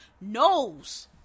knows